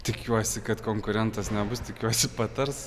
tikiuosi kad konkurentas nebus tikiuosi patars